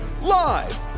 live